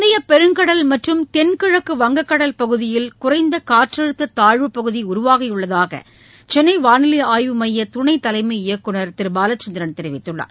இந்தியப் பெருங்கடல் மற்றும் தென்கிழக்கு வங்கக் கடல் பகுதியில் குறைந்த காற்றுழுத்த தாழ்வுப்பகுதி உருவாகியுள்ளதாக சென்னை வானிலை ஆய்வு மைய துணைத்தலைமை இயக்குநர் திரு பாலச்சந்திரன் தெரிவித்துள்ளார்